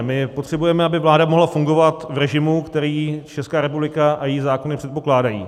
My potřebujeme, aby vláda mohla fungovat v režimu, který Česká republika a její zákony předpokládají.